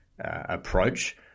approach